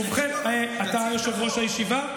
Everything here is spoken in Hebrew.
ובכן, אתה יושב-ראש הישיבה?